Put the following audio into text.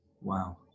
Wow